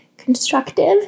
constructive